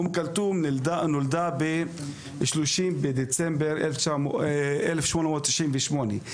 אום כולתום נולדה ב-30 בדצמבר 1898,